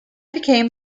became